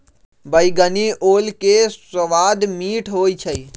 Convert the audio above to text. बइगनी ओल के सवाद मीठ होइ छइ